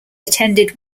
attended